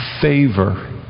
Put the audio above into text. favor